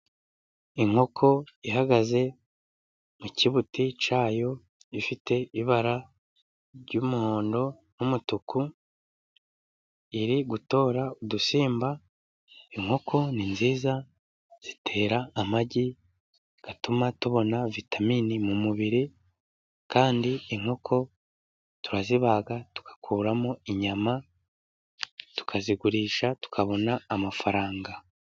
Inkoko ihagaze mu kibuti cyayo, ifite ibara ry'umuhondo n'umutuku, iri gutora udusimba, inkoko ni nziza zitera amagi, atuma tubona vitamini mu mubiri kandi inkoko turazibaga tugakuramo inyama, tukazigurisha tukabona amafaranga.